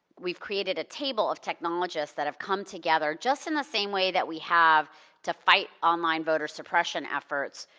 we've created a table of technologists that have come together, just in the same way that we have to fight online voter suppression efforts,